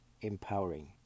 empowering